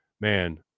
man